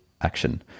action